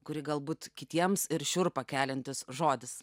kuri galbūt kitiems ir šiurpą keliantis žodis